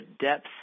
depth